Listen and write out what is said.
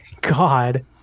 God